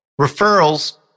Referrals